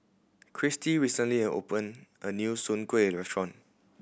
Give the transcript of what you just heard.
Christi recently opened a new Soon Kuih restaurant